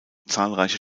zahlreiche